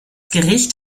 gericht